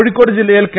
കോഴിക്കോട് ജില്ലയിൽ കെ